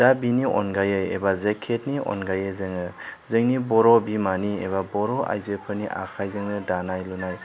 दा बेनि अनगायै एबा जेकेटनि अनगायै जोङो जोंनि बर' बिमानि एबा बर' आइजोफोरनि आखाइजोंनो दानाय लुनाय